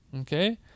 okay